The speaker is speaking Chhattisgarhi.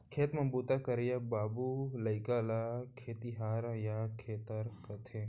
खेत म बूता करइया बाबू लइका ल खेतिहार या खेतर कथें